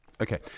Okay